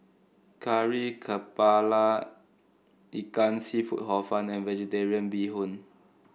Kari kepala Ikan seafood Hor Fun and vegetarian Bee Hoon